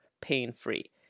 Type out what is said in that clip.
pain-free